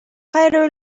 кайра